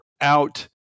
out